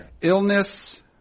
Illness